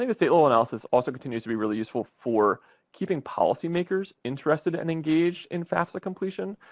ah state-level analysis also continues to be really useful for keeping policy-makers interested and engaged in fafsa completion.